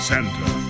Santa